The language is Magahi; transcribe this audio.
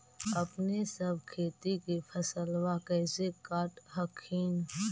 अपने सब खेती के फसलबा कैसे काट हखिन?